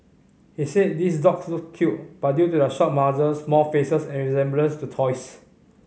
he said these dogs look cute but due to their short muzzles small faces and resemblance to toys